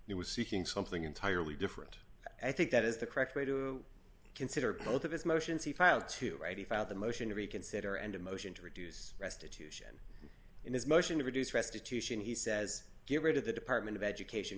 it was seeking something entirely different i think that is the correct way to consider both of his motions he filed to right he filed the motion to reconsider and a motion to reduce restitution in his motion to reduce restitution he says get rid of the department of education